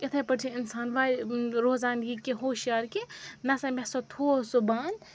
یِتھَے پٲٹھۍ چھِ اِنسان روزان یہِ کہِ ہوشیار کہِ نہ سا مےٚ ہسا تھوو سُہ بنٛد